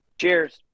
Cheers